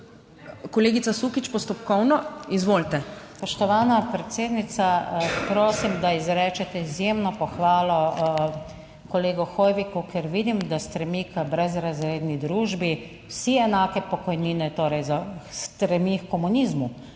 Kolegica Sukič, postopkovno. Izvolite. NATAŠA SUKIČ (PS SDS): Spoštovana predsednica, prosim, da izrečete izjemno pohvalo. Kolegu Hoiviku, ker vidim, da stremi k brezrazredni družbi vsi enake pokojnine, torej stremi h komunizmu